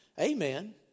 Amen